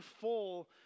full